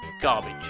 Garbage